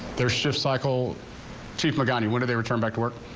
their ship cycle to put on one of their turn back to work.